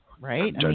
right